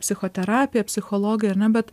psichoterapija psichologai ar ne bet